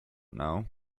know